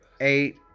eight